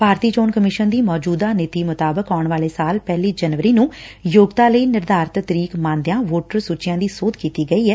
ਭਾਰਤੀ ਚੋਣ ਕਮਿਸ਼ਨ ਦੀ ਮੋਚੁਦਾ ਨੀਤੀ ਅਨੁਸਾਰ ਆਉਣ ਵਾਲੇ ਸਾਲ ਪਹਿਲੀ ਜਨਵਰੀ ਨੂੰ ਯੋਗਤਾ ਲਈ ਨਿਰਧਾਰਿਤ ਤਰੀਕ ਮੰਨਦਿਆਂ ਵੋਟਰ ਸੁਚੀਆਂ ਦੀ ਸੋਧ ਕੀਡੀ ਗਈ ਐ